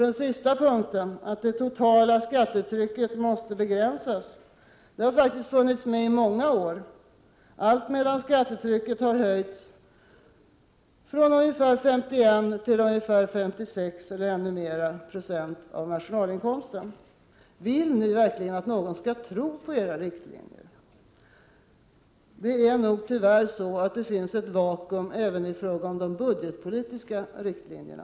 Den sista punkten, att det totala skattetrycket måste begränsas, har funnits med i många år, alltmedan skattetrycket har höjts från ungefär 51 96 till 56 6 eller ännu mer av nationalinkomsten. Vill ni verkligen att någon skall tro på era riktlinjer? Tyvärr finns det nog ett vakuum, även i fråga om de budgetpolitiska riktlinjerna.